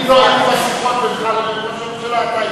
אני לא הייתי בשיחות בינך לבין ראש הממשלה,